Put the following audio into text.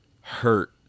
hurt